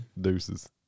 deuces